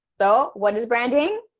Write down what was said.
so what is branding?